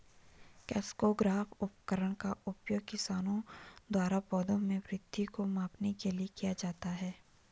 crescograph उपकरण का उपयोग किसानों द्वारा पौधों में वृद्धि को मापने के लिए किया जाता है